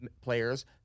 players